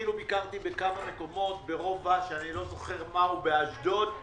ואפילו ביקרתי בכמה מקומות באשדוד וברח'